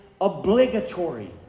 obligatory